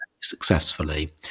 successfully